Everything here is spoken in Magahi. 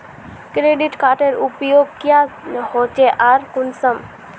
क्रेडिट कार्डेर उपयोग क्याँ होचे आर कुंसम?